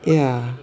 yeah